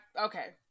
okay